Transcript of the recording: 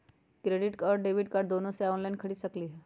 Credit card और debit card दोनों से ऑनलाइन खरीद सकली ह?